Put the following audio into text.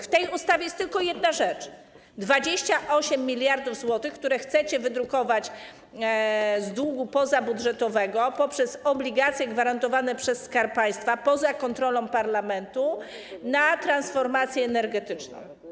W tej ustawie jest tylko jedna rzecz: 28 mld zł, które chcecie wydrukować z długu pozabudżetowego poprzez obligacje gwarantowane przez Skarb Państwa poza kontrolą parlamentu na transformację energetyczną.